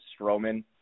Strowman